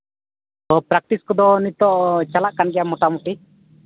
ᱦᱮᱸ ᱯᱨᱮᱠᱴᱤᱥ ᱠᱚᱫᱚ ᱱᱤᱛᱚᱜ ᱪᱟᱞᱟᱜ ᱠᱟᱱ ᱜᱮᱭᱟ ᱢᱳᱴᱟᱢᱩᱴᱤ